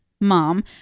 mom